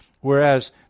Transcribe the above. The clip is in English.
whereas